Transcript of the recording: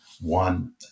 one